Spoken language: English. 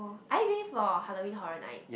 are you going for Halloween Horror Night